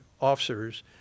officers